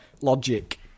logic